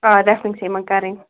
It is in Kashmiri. آ رٮ۪فرِنٛگ چھِ یِمَن کَرٕنۍ